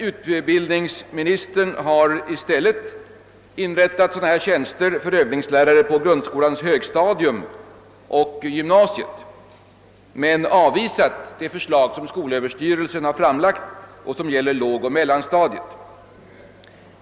Utbildningsministern har emellertid i stället inrättat sådana tjänster för övningslärare på grundskolans högstadium och i gymnasiet men avvisat skolöverstyrelsens förslag om dylika tjänster på lågoch mellanstadiet.